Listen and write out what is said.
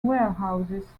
warehouses